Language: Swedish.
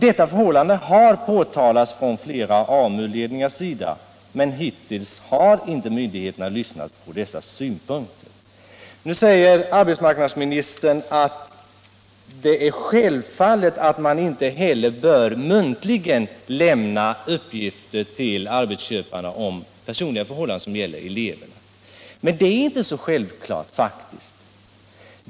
Detta förhållande har påtalats från flera AMU-ledningars sida, men hittills har myndigheterna inte lyssnat på dessa synpunkter. Nu säger arbetsmarknadsministern att det är självklart att man inte heller muntligen bör lämna ut uppgifter till arbetsköparna om elevernas personliga förhållanden. Men det är faktiskt inte så självklart.